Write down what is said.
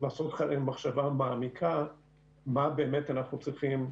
ולעשות מחשבה מעמיקה מה באמת אנחנו צריכים,